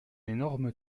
énorme